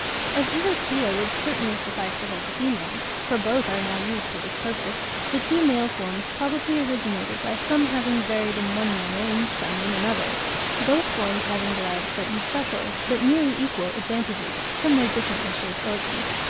as either chela would certainly suffice to hold the female for both are now used for this purpose the two male forms probably originated by some having varied in one manner and some in another both forms having derived certain special, but nearly equal advantages, from their differently shaped organs.